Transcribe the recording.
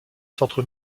centre